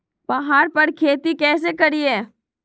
पहाड़ पर खेती कैसे करीये?